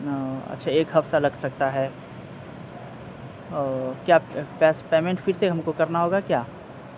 اچھا ایک ہفتہ لگ سکتا ہے کیا پس پیمنٹ پھر سے ہم کو کرنا ہوگا کیا